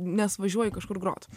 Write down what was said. nes važiuoju kažkur grot